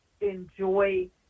enjoy